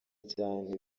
cyane